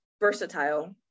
versatile